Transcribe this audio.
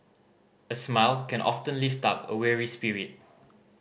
a smile can often lift up a weary spirit